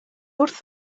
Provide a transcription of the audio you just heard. wrth